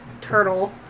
turtle